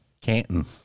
Canton